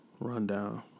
Rundown